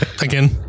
again